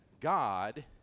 God